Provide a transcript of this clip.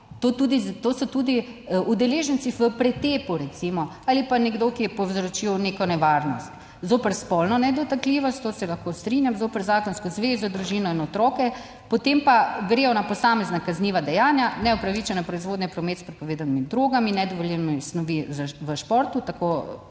to so tudi udeleženci v pretepu recimo ali pa nekdo, ki je povzročil neko nevarnost, zoper spolno nedotakljivost, to se lahko strinjam, zoper zakonsko zvezo, družino in otroke, potem pa gredo na posamezna kazniva dejanja, neupravičene proizvodnje in promet s prepovedanimi drogami, nedovoljene snovi v športu, tako